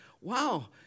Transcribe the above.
wow